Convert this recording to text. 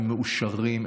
הם מאושרים,